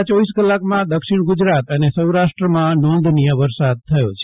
છેલ્લાં ચોવીસ કલાકમાં દક્ષિણ ગુજરાત અને સૌરાષ્ટ્રમાં નોંધનીય વરસાદ થયો છે